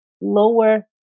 lower